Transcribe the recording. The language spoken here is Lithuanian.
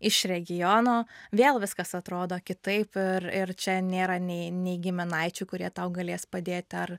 iš regiono vėl viskas atrodo kitaip ir ir čia nėra nei nei giminaičių kurie tau galės padėt ar